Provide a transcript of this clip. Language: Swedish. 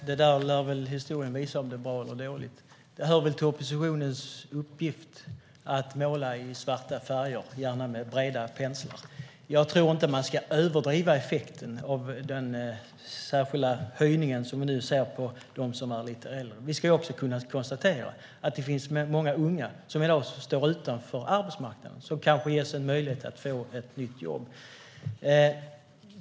Herr talman! Historien lär visa om det är bra eller dåligt. Det hör till oppositionens uppgift att måla i svarta färger, gärna med breda penslar. Jag tror inte att man ska överdriva effekten av den särskilda höjning vi nu ser för dem som är lite äldre. Vi kan konstatera att det finns många unga som i dag står utanför arbetsmarknaden och som kanske ges en möjlighet att få ett nytt jobb.